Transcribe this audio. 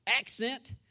accent